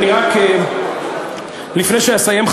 לפני שאסיים,